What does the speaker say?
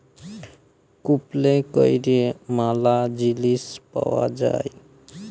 কুপলে ক্যরে ম্যালা জিলিস পাউয়া যায়